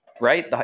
right